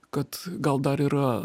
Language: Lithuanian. kad gal dar yra